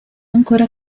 ancora